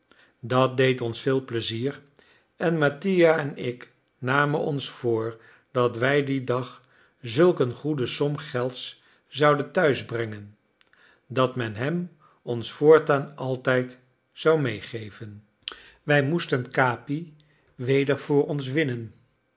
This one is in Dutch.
dat deed ons veel plezier en mattia en ik namen ons voor dat wij dien dag zulk eene goede som gelds zouden thuis brengen dat men hem ons voortaan altijd zou meegeven wij moesten capi weder voor ons winnen